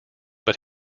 but